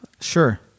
Sure